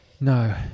No